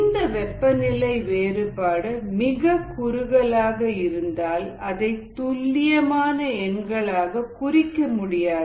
இந்த வெப்பநிலை வேறுபாடு மிக குறுகலாக இருந்தால் அதை துல்லியமான எண்களாக குறிக்க முடியாது